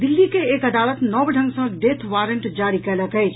दिल्ली के एक अदालत नव ढंग सँ डेथ वारंट जारी कयलक अछि